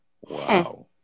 Wow